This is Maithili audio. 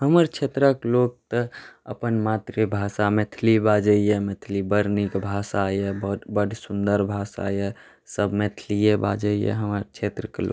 हमर क्षेत्रके लोक तऽ अपन मातृभाषा मैथिली बाजैए मैथिली बड़ नीक भाषा अइ बड़ सुन्दर भाषा अइ सब मैथिलिए बाजैए हमर क्षेत्रके लोक